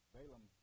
Balaam